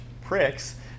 pricks